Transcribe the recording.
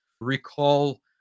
Recall